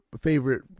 favorite